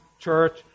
church